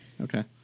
Okay